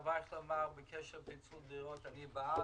לגבי פיצול דירות אני בעד.